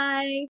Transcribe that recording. Bye